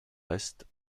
restes